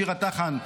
לשירה טחן,